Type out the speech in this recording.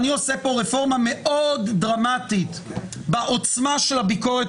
אני עושה כאן רפורמה מאוד דרמטית בעוצמה של הביקורת